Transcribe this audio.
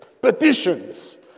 petitions